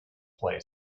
play